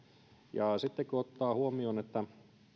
ja sitten kun ottaa huomioon että